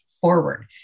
forward